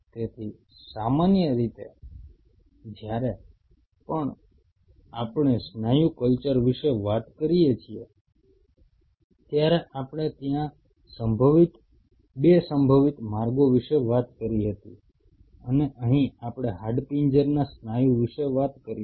તેથી સામાન્ય રીતે જ્યારે પણ આપણે સ્નાયુ કલ્ચર વિશે વાત કરીએ છીએ ત્યારે આપણે ત્યાં 2 સંભવિત માર્ગો વિશે વાત કરી હતી અને અહીં આપણે હાડપિંજરના સ્નાયુ વિશે વાત કરીશું